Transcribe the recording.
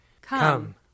Come